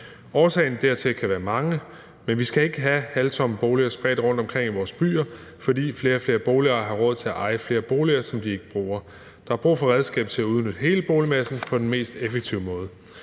Årsagerne hertil kan være mange, men vi skal ikke have halvtomme boliger spredt rundtomkring i vores byer, fordi flere og flere boligejere har råd til at eje flere boliger, som de ikke bruger. Der er brug for redskaber til at udnytte hele boligmassen på den mest effektive måde.